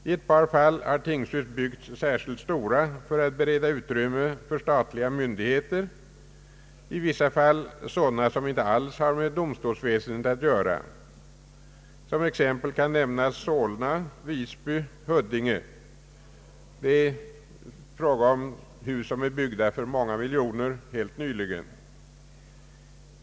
I ett par fall har tingshus byggts särskilt stora för att bereda utrymme för statliga myndigheter, i vissa fall sådana som inte alls har med domstolsväsendet att göra. Som exempel kan nämnas Solna, Visby och Huddinge. Det är fråga om hus som helt nyligen byggts för många miljoner kronor.